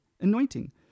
anointing